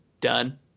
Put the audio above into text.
done